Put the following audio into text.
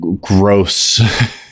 gross